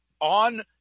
on